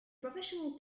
professional